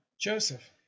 Joseph